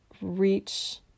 reach